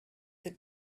that